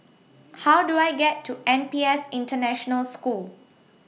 How Do I get to N P S International School